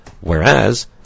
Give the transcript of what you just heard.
Whereas